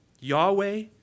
Yahweh